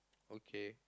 okay